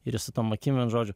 ir jis su tom akimvienu žodžiu